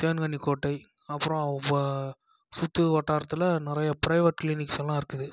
தேன்கனி கோட்டை அப்புறம் சுற்றுவட்டாரத்துல நிறையா ப்ரைவேட் கிளினிக்ஸ் எல்லாம் இருக்குது